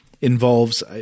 involves